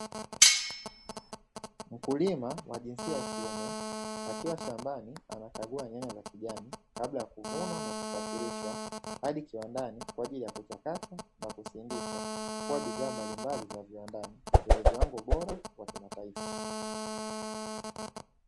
Mkulima wa jinsia ya kiume akiwa shambani anakagua nyanya za kijani kabla ya kuvunwa na kusafirishwa hadi kiwandani, kwa ajili ya kuchakatwa na kusindikwa kuwa bidhaa mbalimbali za viwandani, zenye viwango bora vya kimataifa.